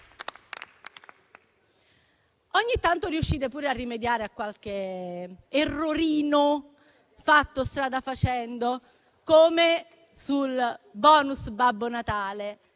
Ogni tanto riuscite pure a rimediare a qualche errorino fatto per strada, come nel caso del *bonus* Babbo Natale.